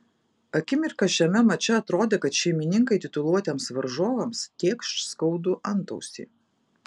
akimirką šiame mače atrodė kad šeimininkai tituluotiems varžovams tėkš skaudų antausį